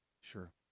Sure